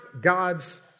God's